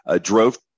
Drove